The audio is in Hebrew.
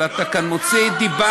אבל אתה כאן מוציא דיבה,